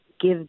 give